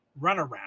Runaround